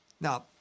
now